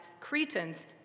Cretans